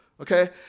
okay